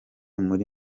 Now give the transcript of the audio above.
muri